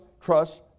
trust